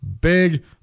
Big